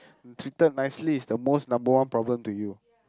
treated nicely is the most number one problem to you